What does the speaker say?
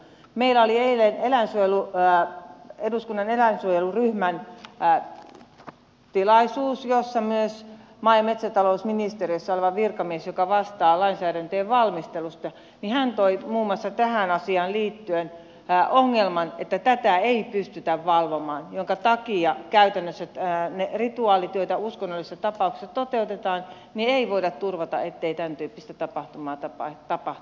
meillä oli eilen eduskunnan eläinsuojeluryhmän tilaisuus jossa myös maa ja metsätalousministeriössä oleva virkamies joka vastaa lainsäädäntöjen valmistelusta toi muun muassa tähän asiaan liittyen esiin ongelman että tätä ei pystytä valvomaan minkä takia käytännössä niissä rituaaleissa joita uskonnollisissa tapauksissa toteutetaan ei voida turvata ettei tämän tyyppistä tapahtumaa tapahtuisi